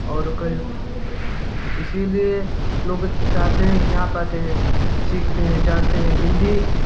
और कई इसीलिए लोग चाहते हैं कि यहाँ पर आते हैं सीखते हैं जानते हैं हिंदी